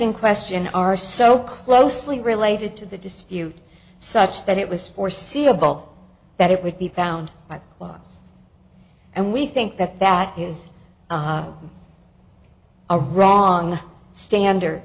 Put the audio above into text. in question are so closely related to the dispute such that it was foreseeable that it would be bound by the logs and we think that that is a wrong standard